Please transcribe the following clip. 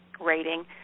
rating –